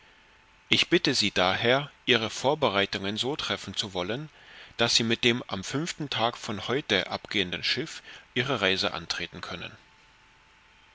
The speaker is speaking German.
ich bitte sie daher ihre vorbereitungen so treffen zu wollen daß sie mit dem am fünften tag von heute abgehenden schiff ihre reise antreten können